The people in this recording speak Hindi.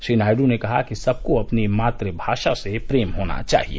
श्री नायड् ने कहा कि सबको अपनी मातृभाषा से प्रेम होना चाहिए